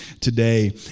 today